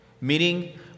meaning